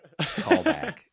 callback